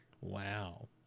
Wow